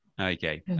okay